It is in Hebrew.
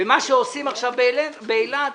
ומה שעושים עכשיו באילת,